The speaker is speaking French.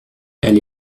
elle